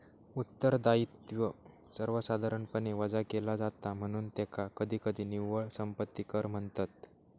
उत्तरदायित्व सर्वसाधारणपणे वजा केला जाता, म्हणून त्याका कधीकधी निव्वळ संपत्ती कर म्हणतत